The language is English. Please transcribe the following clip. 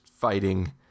fighting